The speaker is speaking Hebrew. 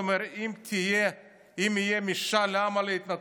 הוא אמר: אם יהיה משאל עם על ההתנתקות,